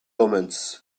omens